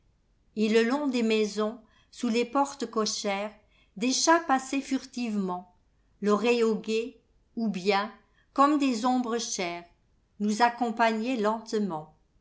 et le long des maisons sous les portes cochères des chats passaient furtivement l'oreille au guet ou bien comme des ombres chères nous accompagnaient lentement